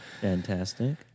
Fantastic